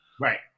Right